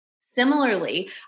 Similarly